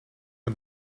een